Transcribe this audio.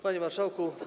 Panie Marszałku!